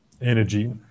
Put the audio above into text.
energy